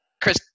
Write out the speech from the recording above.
Chris